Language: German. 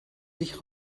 sich